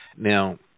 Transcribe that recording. Now